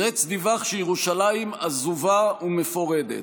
גרץ דיווח שירושלים עזובה ומפורדת.